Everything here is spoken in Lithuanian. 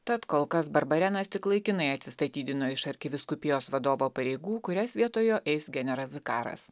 tad kol kas barbarenas tik laikinai atsistatydino iš arkivyskupijos vadovo pareigų kurias vietoj jo eis generalvikaras